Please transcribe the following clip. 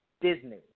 Disney